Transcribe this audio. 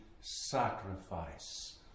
Sacrifice